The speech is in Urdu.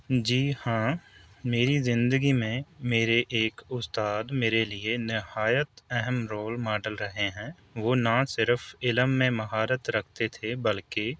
جی ہاں میری زندگی میں میرے ایک استاد میرے لیے نہایت اہم رول ماڈل رہے ہیں وہ نہ صرف علم میں مہارت رکھتے تھے بلکہ